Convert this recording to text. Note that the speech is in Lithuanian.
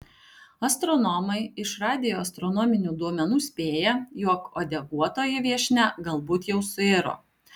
astronomai iš radioastronominių duomenų spėja jog uodeguotoji viešnia galbūt jau suiro